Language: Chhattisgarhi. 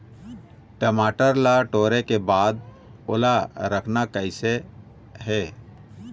टमाटर ला टोरे के बाद ओला रखना कइसे हे?